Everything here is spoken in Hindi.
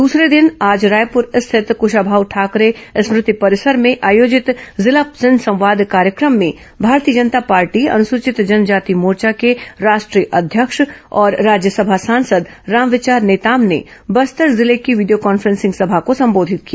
दूसरे दिन आज रायपुर स्थित कशाभाऊ ठाकरे स्मृति परिसर में आयोजित जिला जनसंवाद कार्यक्रम में भारतीय जनता पार्टी अनुसूचित जनजाति मोर्चा के राष्ट्रीय अध्यक्ष और राज्यसभा सांसद रामविचार नेताम ने बस्तर जिला की वीडियो कॉन्फ्रेंसिंग सभा को संबोधित किया